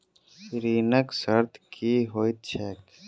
ऋणक शर्त की होइत छैक?